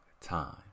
Time